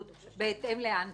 בהתאם לאן שזה יעבור.